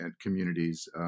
communities